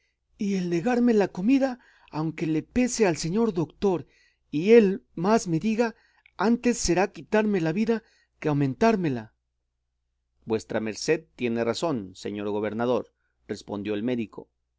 y el negarme la comida aunque le pese al señor doctor y él más me diga antes será quitarme la vida que aumentármela vuestra merced tiene razón señor gobernador respondió el médico